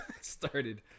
started